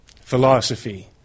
philosophy